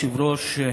אדוני היושב-ראש,